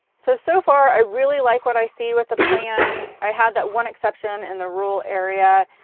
so, so far i really like what i see with the plan. i had that one exception in the rural area,